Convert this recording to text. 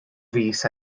fis